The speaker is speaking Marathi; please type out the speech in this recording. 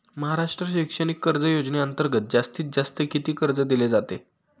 महाराष्ट्र शैक्षणिक कर्ज योजनेअंतर्गत जास्तीत जास्त किती कर्ज दिले जाते?